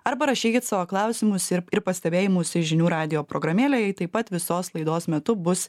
arba rašykit savo klausimus ir ir pastebėjimus į žinių radijo programėlę ji taip pat visos laidos metu bus